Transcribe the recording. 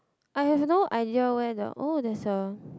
I have no idea where the oh there's a